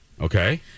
Okay